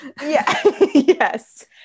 Yes